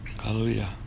Hallelujah